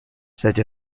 such